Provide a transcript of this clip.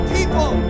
people